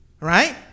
Right